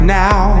now